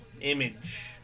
image